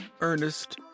Ernest